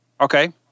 Okay